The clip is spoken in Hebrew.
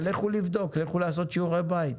אבל לכו לבדוק, לכו לעשות שיעורי בית.